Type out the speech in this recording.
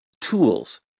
tools